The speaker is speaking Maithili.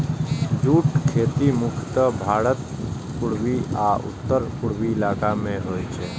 जूटक खेती मुख्यतः भारतक पूर्वी आ उत्तर पूर्वी इलाका मे होइ छै